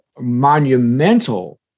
monumental